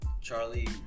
Charlie